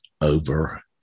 over